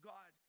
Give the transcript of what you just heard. God